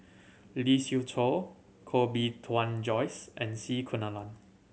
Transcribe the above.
Lee Siew Choh Koh Bee Tuan Joyce and C Kunalan